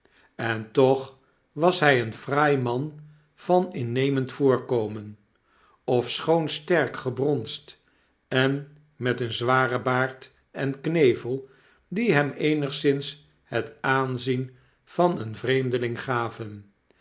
en toch was hy een fraai man van innemend voorkomen ofschoon sterk gebronsd en met een zwaren baard en knevel die hem eenigszins het aanzien vaneenvreemdeling gaven